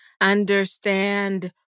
understand